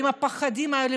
עם הפחדים האלה,